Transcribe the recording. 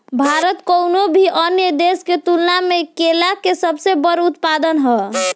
भारत कउनों भी अन्य देश के तुलना में केला के सबसे बड़ उत्पादक ह